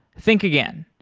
think again.